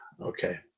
Okay